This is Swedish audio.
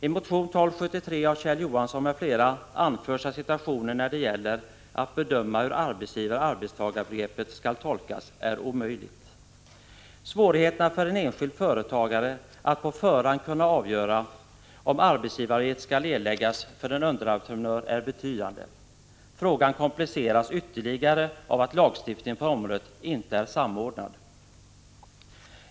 I motion 1273 av Kjell Johansson m.fl. anförs att situationen är omöjlig när det gäller att bedöma hur arbetsgivar-arbetstagar-begreppet skall tolkas. Svårigheterna för en enskild företagare att på förhand kunna avgöra om arbetsgivaravgift skall erläggas för en underentreprenör är betydande. Frågan kompliceras ytterligare av att lagstiftningen på området inte är samordnad.